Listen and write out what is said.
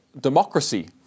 democracy